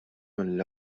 mill